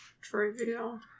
Trivial